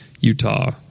Utah